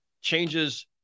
changes